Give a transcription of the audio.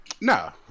No